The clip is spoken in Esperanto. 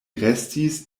restis